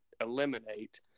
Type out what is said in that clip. eliminate